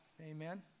Amen